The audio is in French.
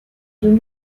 deux